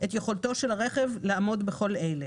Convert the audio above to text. את יכולתו של הרכב העצמאי לעמוד בכל אלה: